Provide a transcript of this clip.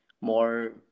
more